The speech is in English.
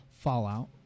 Fallout